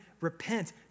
repent